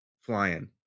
flying